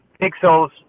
pixels